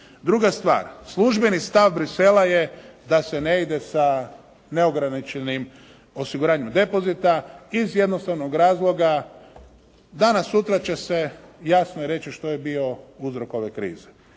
Druga stvar, službeni stav Bruxellesa je da se ne ide sa neograničenim osiguranjem depozita iz jednostavnog razloga. Danas-sutra će se jasno reći što je bio uzrok ove krize.